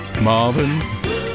Marvin